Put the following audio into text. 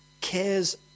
cares